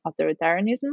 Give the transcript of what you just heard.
authoritarianism